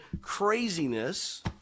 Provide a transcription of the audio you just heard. craziness